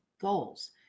goals